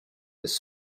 this